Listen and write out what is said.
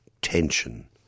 tension